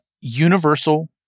Universal